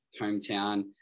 hometown